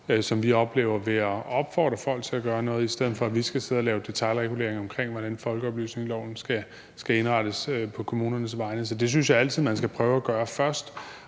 som vi oplever, ved at opfordre folk til at gøre noget, i stedet for at vi skal sidde og lave detailregulering omkring, hvordan folkeoplysningsloven skal indrettes på kommunernes vegne. Så det synes jeg altid at man skal prøve at gøre først,